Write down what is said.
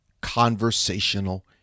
conversational